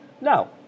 No